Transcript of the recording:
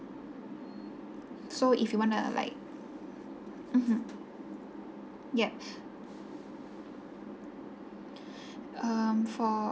so if you want to like mmhmm yup um for